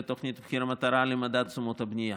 תוכנית מחיר המטרה למדד תשומות הבנייה,